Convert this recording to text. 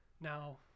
now